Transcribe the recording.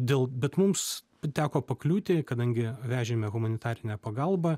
dėl bet mums teko pakliūti kadangi vežėme humanitarinę pagalbą